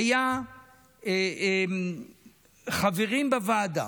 היו חברים בוועדה,